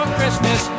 Christmas